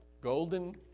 Golden